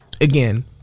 again